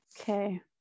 okay